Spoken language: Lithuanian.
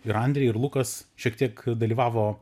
ir andrej ir lukas šiek tiek dalyvavo